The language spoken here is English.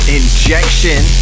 injection